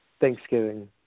Thanksgiving